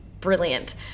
brilliant